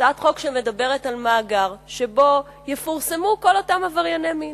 הצעת חוק שמדברת על מאגר שבו יפורסמו כל אותם עברייני מין.